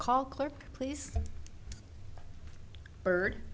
call clerk please bird